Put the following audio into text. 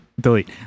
Delete